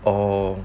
oh